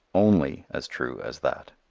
only as true as that.